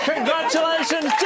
Congratulations